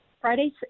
Friday